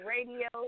Radio